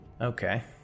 Okay